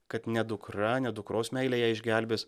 kad ne dukra ne dukros meilė ją išgelbės